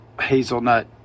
hazelnut